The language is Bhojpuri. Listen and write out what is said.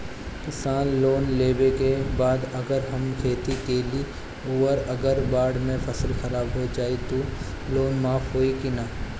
किसान लोन लेबे के बाद अगर हम खेती कैलि अउर अगर बाढ़ मे फसल खराब हो जाई त लोन माफ होई कि न?